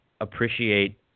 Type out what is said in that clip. appreciate